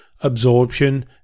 Absorption